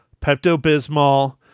Pepto-Bismol